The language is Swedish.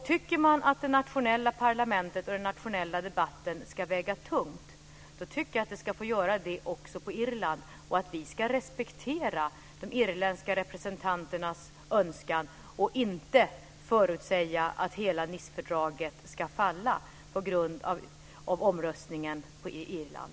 Tycker man att det nationella parlamentet och den nationella debatten ska väga tungt, då tycker jag att det ska få göra det också på Irland. Jag tycker att vi ska respektera de irländska representanternas önskan och inte förutsäga att hela Nicefördraget ska falla på grund av omröstningen på Irland.